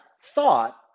thought